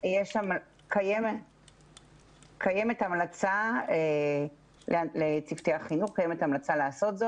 קיימת המלצה לצוותי החינוך,